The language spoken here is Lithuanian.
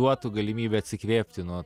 duotų galimybę atsikvėpti nuo